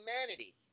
humanity